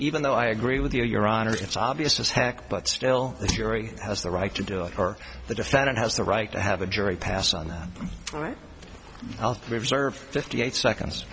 even though i agree with you your honor it's obvious as heck but still theory has the right to do it or the defendant has the right to have a jury pass on that all right i'll reserve fifty eight seconds